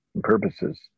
purposes